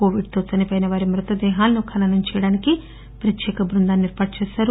కొవిడ్తో చనిపోయినవారి మృతదేహాలను ఖననం చేయడానికి ప్రత్యేక టీంను ఏర్పాటు చేశారు